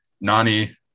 Nani